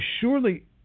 surely